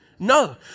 No